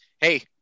Hey